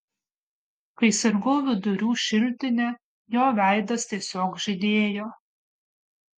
kai sirgau vidurių šiltine jo veidas tiesiog žydėjo